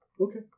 Okay